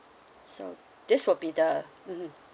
so this will be the mmhmm